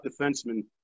defenseman